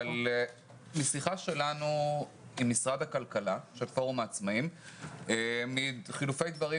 אבל משיחה של פורום העצמאים עם משרד הכלכלה,